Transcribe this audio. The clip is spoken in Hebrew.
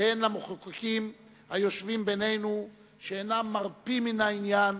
והן למחוקקים היושבים בינינו שאינם מרפים מן העניין.